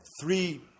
three